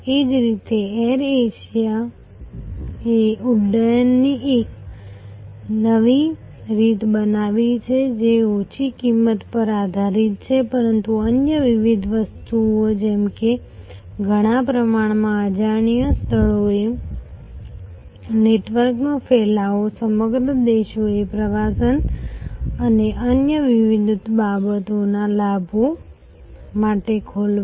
એ જ રીતે એર એશિયાએ ઉડ્ડયનની એક નવી રીત બનાવી છે જે ઓછી કિંમત પર આધારિત છે પરંતુ અન્ય વિવિધ વસ્તુઓ જેમ કે ઘણા પ્રમાણમાં અજાણ્યા સ્થળોએ નેટવર્કનો ફેલાવો સમગ્ર દેશોને પ્રવાસન અને અન્ય વિવિધ બાબતોના લાભો માટે ખોલવા